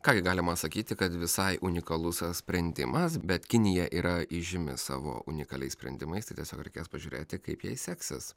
ką gi galima sakyti kad visai unikalus sprendimas bet kinija yra įžymi savo unikaliais sprendimais tai tiesiog reikės pažiūrėti kaip jai seksis